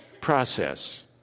process